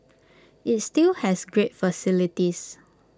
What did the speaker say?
IT still has great facilities